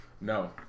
No